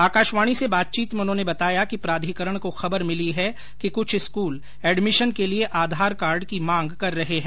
आकाशवाणी से बातचीत में उन्होंने बताया कि प्राधिकरण को खबर मिली है कि कुछ स्कूल एडमिशन के लिए आधार कार्ड की मांग कर रहे हैं